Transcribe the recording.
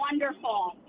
wonderful